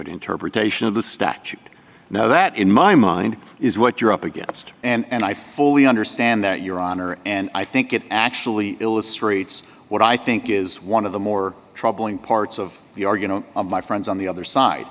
an interpretation of the statute now that in my mind is what you're up against and i fully understand that your honor and i think it actually illustrates what i think is one of the more troubling parts of the are going to my friends on the other side